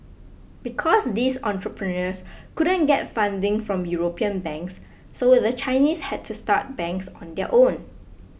because these entrepreneurs couldn't get funding from European banks so the Chinese had to start banks on their own